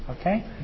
Okay